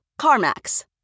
CarMax